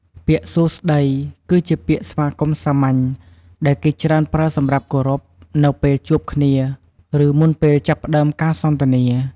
ពាក្យ «សួស្តី» គឺជាពាក្យស្វាគមន៍សាមញ្ញ ដែលគេច្រើនប្រើសម្រាប់គោរព នៅពេលជួបគ្នា ឬមុនពេលចាប់ផ្តើមការសន្ទនា។